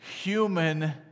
human